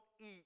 eat